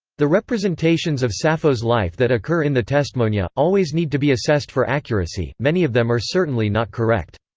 the representations of sappho's life that occur in the testmonia, always need to be assessed for accuracy, many of them are certainly not correct.